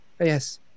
Yes